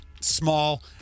small